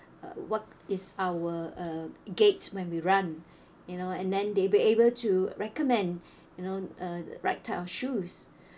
uh what is our uh uh gates when we run you know and then they'll be able to recommend you know a right type of shoes